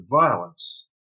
violence